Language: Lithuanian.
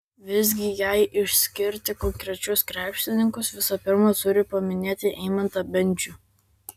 visgi jei išskirti konkrečius krepšininkus visų pirma turiu paminėti eimantą bendžių